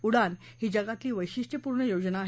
उडान ही जगातली वैशिष्ट्यपूर्ण योजना आहे